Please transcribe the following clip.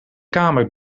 kamer